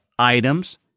items